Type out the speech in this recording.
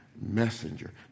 messenger